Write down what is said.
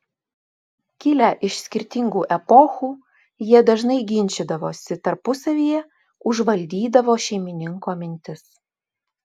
kilę iš skirtingų epochų jie dažnai ginčydavosi tarpusavyje užvaldydavo šeimininko mintis